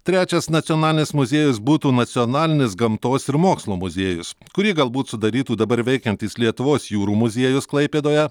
trečias nacionalinis muziejus būtų nacionalinis gamtos ir mokslo muziejus kurį galbūt sudarytų dabar veikiantys lietuvos jūrų muziejus klaipėdoje